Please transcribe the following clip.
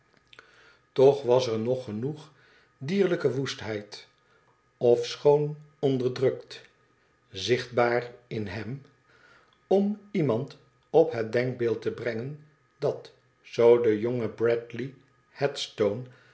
toch was er nog genoeg dierlijke woestheid ofschoon onderdrukt zichtbaar in hem om iemand op het denkbeeld te brengen dat zoo de jonge bradley headstone